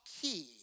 key